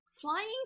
Flying